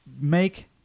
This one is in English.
make